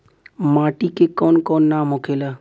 माटी के कौन कौन नाम होखेला?